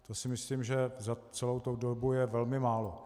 To si myslím, že za celou tu dobu je velmi málo.